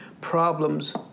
problems